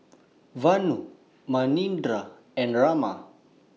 Vanu Manindra and Raman